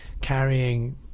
carrying